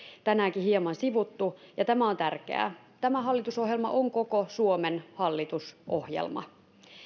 tänäänkin hieman sivuttu ja tämä on tärkeää tämä hallitusohjelma on koko suomen hallitusohjelma